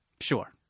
Sure